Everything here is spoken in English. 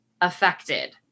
affected